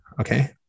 okay